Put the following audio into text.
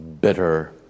bitter